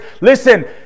listen